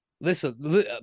Listen